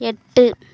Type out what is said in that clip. எட்டு